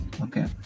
Okay